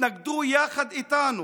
התנגדו יחד איתנו,